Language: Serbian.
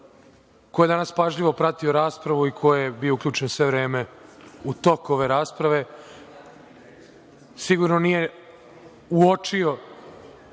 Ko je danas pažljivo pratio raspravu i ko je bio uključen sve vreme u tokove rasprave, sigurno nije uočio